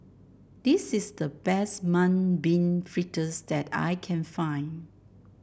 this is the best Mung Bean Fritters that I can find